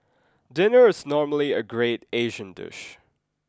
dinner is normally a great Asian dish